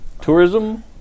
tourism